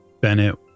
Bennett